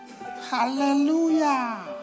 Hallelujah